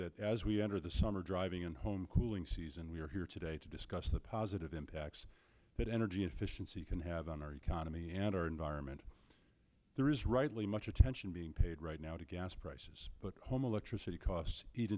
that as we enter the summer driving and home cooling season we are here today to discuss the positive impacts that energy efficiency can have on our economy and our environment there is rightly much attention being paid right now to gas prices but home electricity costs eat